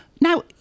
Now